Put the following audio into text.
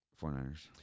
49ers